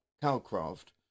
Calcraft